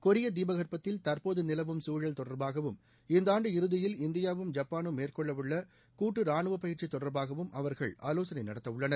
கெரிய தீபகற்பத்தில் தற்போது நிலவும் சூழல் தொடர்பாகவும் இந்தாண்டு இறுதியில் இந்தியாவும் ஜப்பானும் மேற்கொள்ள உள்ள கூட்டு ரானுவ பயிற்சி தொடர்பாகவும் அவர்கள் ஆலோசனை நடத்த உள்ளனர்